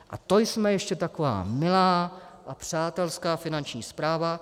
A to jsme ještě taková milá a přátelská Finanční správa.